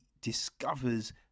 discovers